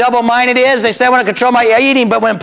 double mine it is they say i want to control my eating but when